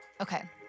Okay